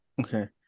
Okay